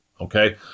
Okay